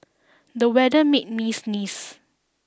the weather made me sneeze